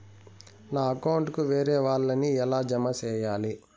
నా అకౌంట్ కు వేరే వాళ్ళ ని ఎలా జామ సేయాలి?